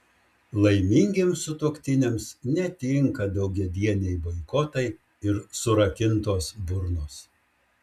laimingiems sutuoktiniams netinka daugiadieniai boikotai ir surakintos burnos